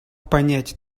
понять